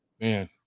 man